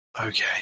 Okay